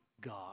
God